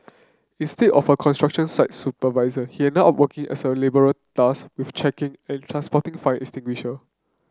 instead of a construction site supervisor he ended up working as a labourer tasked with checking and transporting fire extinguisher